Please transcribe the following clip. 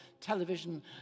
television